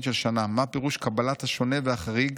של שנה מה פירוש קבלת השונה והחריג,